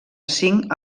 cinc